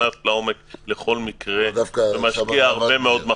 ונכנס לעומק בכל מקרה ומשקיע הרבה מאוד מחשבה.